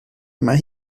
mae